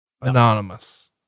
Anonymous